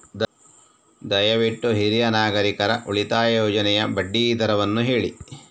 ದಯವಿಟ್ಟು ಹಿರಿಯ ನಾಗರಿಕರ ಉಳಿತಾಯ ಯೋಜನೆಯ ಬಡ್ಡಿ ದರವನ್ನು ಹೇಳಿ